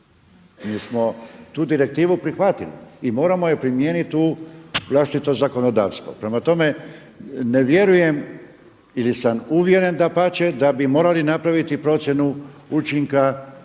Mi smo tu direktivu prihvatili i moramo je primijeniti u vlastito zakonodavstvo. Prema tome, ne vjerujem ili sam uvjeren dapače da bi morali napraviti procjenu učinka i